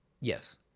Yes